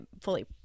fully